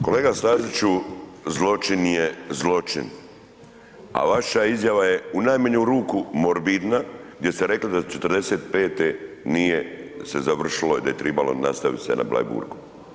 Kolega Stazić, zločin je zločin a vaša izjava je u najmanju ruku morbidna gdje ste rekli da '45. nije se završilo i da je trebalo nastaviti se na Bleiburgu.